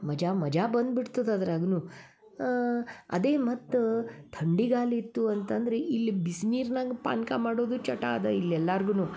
ಮಜ ಮಜಾ ಬಂದ್ಬಿಡ್ತದೆ ಅದ್ರಾಗೂ ಅದೇ ಮತ್ತೆ ಥಂಡಿ ಗಾಳಿತ್ತು ಅಂತಂದ್ರಿ ಇಲ್ಲಿ ಬಿಸ್ನೀರ್ನಾಗ ಪಾನಕ ಮಾಡೋದು ಚಟ ಅದ ಇಲ್ಲೆಲ್ಲಾರ್ಗೂ